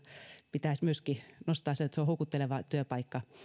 pitäisi myöskin nostaa niin että se on houkutteleva työpaikka